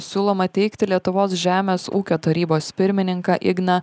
siūloma teikti lietuvos žemės ūkio tarybos pirmininką igną